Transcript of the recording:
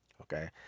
Okay